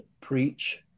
preach